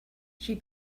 she